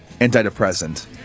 antidepressant